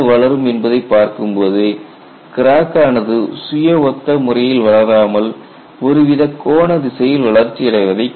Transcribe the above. என்பதை பார்க்கும்போது கிராக் ஆனது சுய ஒத்த முறையில் வளராமல் ஒருவித கோண திசையில் வளர்ச்சி அடைவதைக் காணலாம்